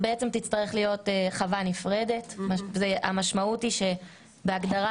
תצטרך להיות חווה נפרדת והמשמעות היא שבהגדרה